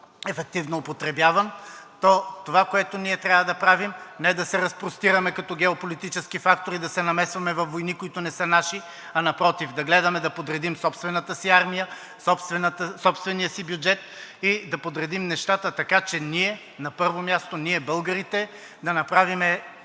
ефективно употребяван, то това, което ние трябва да правим, е не да се разпростираме като геополитически фактор и да се намесваме във войни, които не са наши, а напротив, да гледаме да подредим собствената си армия, собствения си бюджет и да подредим нещата, така че ние, на първо място – ние българите, да направим една